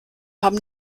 haben